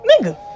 nigga